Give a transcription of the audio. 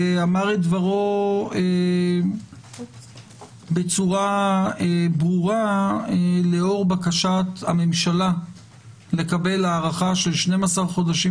ואמר את דברו בצורה ברורה לאור בקשת הממשלה לקבל הארכה של 12 חודשים,